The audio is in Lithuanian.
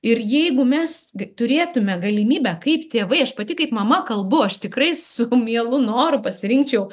ir jeigu mes turėtume galimybę kaip tėvai aš pati kaip mama kalbu aš tikrai su mielu noru pasirinkčiau